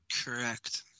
Correct